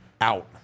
Out